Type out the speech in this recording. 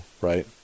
right